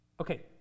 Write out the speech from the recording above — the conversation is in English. Okay